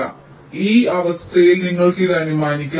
അതിനാൽ ഈ അവസ്ഥയിൽ നിങ്ങൾക്ക് ഇത് അനുമാനിക്കാം